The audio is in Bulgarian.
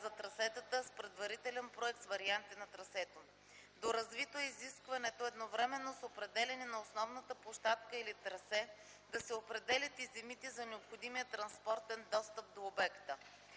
за трасетата – с предварителен проект с варианти на трасето. Доразвито е изискването едновременно с определянето на основната площадка или трасе да се определят и земите за необходимия транспортен достъп до обекта.